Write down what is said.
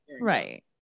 Right